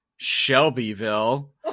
Shelbyville